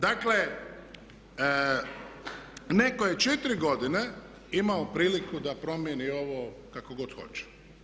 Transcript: Dakle, netko je 4 godine imao priliku da promjeni ovo kako god hoće.